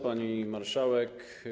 Pani Marszałek!